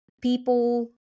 people